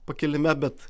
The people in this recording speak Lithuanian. pakilime bet